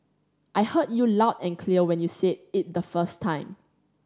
I heard you loud and clear when you said it the first time